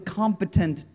competent